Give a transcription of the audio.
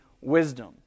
wisdom